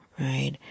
right